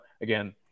Again